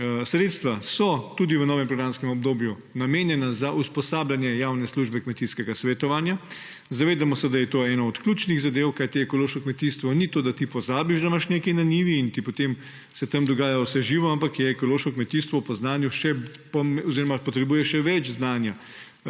Sredstva so tudi v novem programskem obdobju namenjena za usposabljanje javne službe kmetijskega svetovanja. Zavedamo se, da je to ena od ključnih zadev, kajti ekološko kmetijstvo ni to, da ti pozabiš, da imaš nekaj na njivi in ti potem se tam dogaja vse živo, ampak ekološko kmetijstvo potrebuje še več znanja,